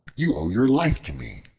you owe your life to me,